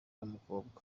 w’umukobwa